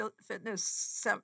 fitness